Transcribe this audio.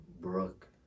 Brooke